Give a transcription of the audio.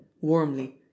warmly